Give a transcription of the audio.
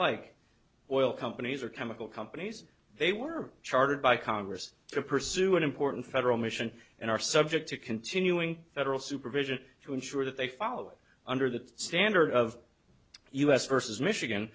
like oil companies or chemical companies they were chartered by congress to pursue an important federal mission and are subject to continuing federal supervision to ensure that they fall under that standard of u s versus michigan